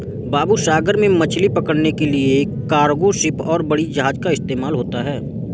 बाबू सागर में मछली पकड़ने के लिए कार्गो शिप और बड़ी जहाज़ का इस्तेमाल होता है